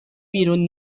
بیرون